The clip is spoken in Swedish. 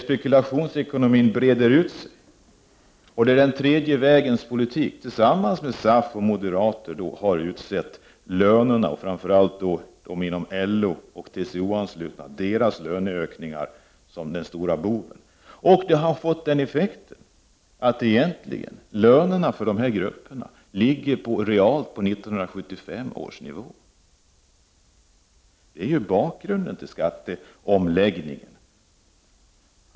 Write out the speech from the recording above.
Spekulationsekonomin har brett ut sig, och den tredje vägens politiska företrädare har tillsammans med SAF och moderaterna utsett lönerna, främst de LO-anslutnas, till den stora boven. Det har fått till effekt att lönerna för dessa grupper realt sett ligger kvar på 1975 års nivå. Detta är ju bakgrunden till skatteomläggningen.